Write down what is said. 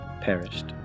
perished